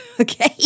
Okay